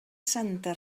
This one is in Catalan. santa